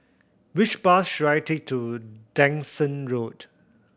which bus should I take to Dyson Road